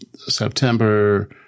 September